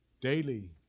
Daily